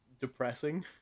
depressing